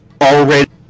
already